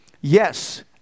Yes